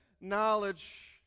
knowledge